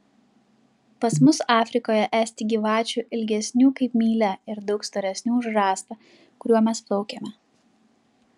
pas mus afrikoje esti gyvačių ilgesnių kaip mylia ir daug storesnių už rąstą kuriuo mes plaukiame